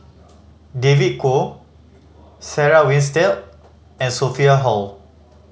David Kwo Sarah Winstedt and Sophia Hull